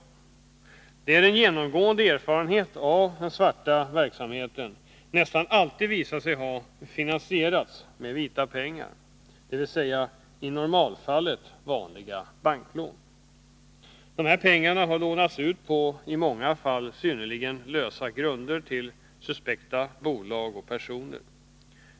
Det är en genomgående erfarenhet att svarta verksamheter nästan alltid visar sig ha finansierats med vita pengar, dvs. i normalfallet vanliga banklån. Dessa pengar har lånats ut på i många fall synnerligen lösa grunder till suspekta bolag och personer.